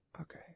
Okay